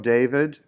David